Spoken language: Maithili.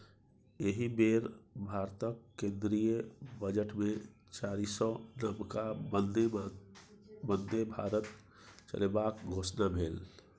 एहि बेर भारतक केंद्रीय बजटमे चारिसौ नबका बन्दे भारत चलेबाक घोषणा भेल